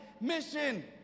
mission